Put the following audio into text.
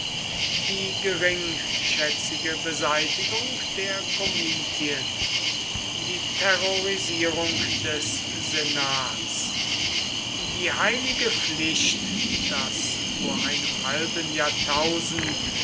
die geringschätzige beseitigung der komitien die terrorisierung des senats die heilige pflicht das vor einem halben jahrtausend